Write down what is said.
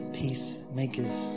peacemakers